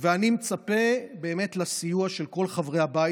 ואני מצפה לסיוע של כל חברי הבית.